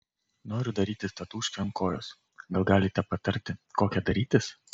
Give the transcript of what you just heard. noriu darytis tatūškę ant kojos gal galite patarti kokią darytis